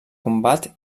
combat